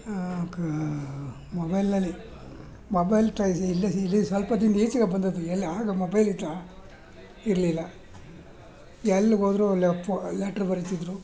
ಕ ಮೊಬೈಲಲ್ಲಿ mobile try ಇಲ್ಲಿ ಇಲ್ಲಿ ಸ್ವಲ್ಪ ದಿನ್ದ ಈಚೆಗೆ ಬಂದದ್ದು ಇದೆಲ್ಲ ಆಗ ಮೊಬೈಲ್ ಇತ್ತಾ ಇರಲಿಲ್ಲ ಎಲ್ಲಿಗೋದ್ರು ಪೊ ಲೆಟ್ರ್ ಬರಿತಿದ್ರು